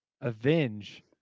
avenge